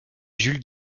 jules